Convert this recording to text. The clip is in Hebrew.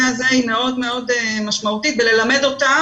הזה היא מאוד מאוד משמעותית כי צריך גם ללמד אותם